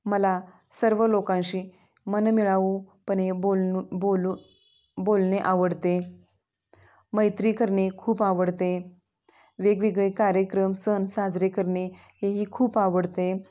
मला सर्व लोकांशी मनमिळाऊपणे बोल बोल बोलणे आवडते मैत्री करणे खूप आवडते वेगवेगळे कार्यक्रम सण साजरे करणे हेही खूप आवडते